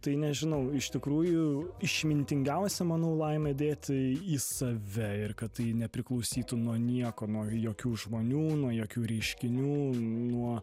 tai nežinau iš tikrųjų išmintingiausia mano laimė dėti į save ir kad tai nepriklausytų nuo nieko nuo jokių žmonių nuo jokių reiškinių nuo